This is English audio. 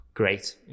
Great